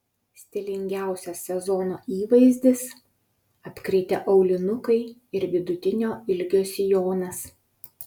stilingiausias sezono įvaizdis apkritę aulinukai ir vidutinio ilgio sijonas